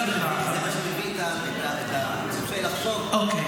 זה מה שמביא את הצופה לחשוב: אם אתה לא מגנה